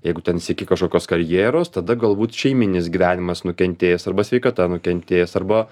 jeigu ten sieki kažkokios karjeros tada galbūt šeiminis gyvenimas nukentės arba sveikata nukentės arba